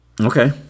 Okay